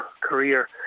career